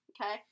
Okay